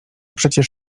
przecież